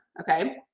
Okay